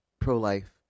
pro-life